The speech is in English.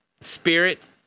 spirit